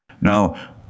Now